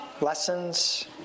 lessons